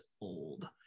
old